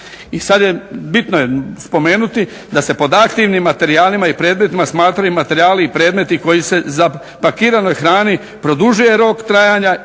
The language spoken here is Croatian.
I sad je bitno je spomenuti da se pod aktivnim materijalima i predmetima smatraju materijali i predmeti koji se zapakiranoj hrani produžuje rok trajanja